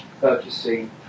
purchasing